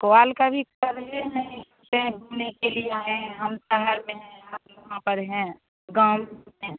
call का भी ही नहीं सिर्फ़ घूमने के लिए आएँ है हम शहर में है आप वहाँ पर हैं गाँव में